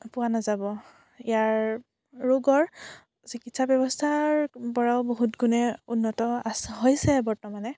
পোৱা নাযাব ইয়াৰ ৰোগৰ চিকিৎসা ব্যৱস্থাৰ পৰাও বহুত গুণে উন্নত আছে হৈছে বৰ্তমানে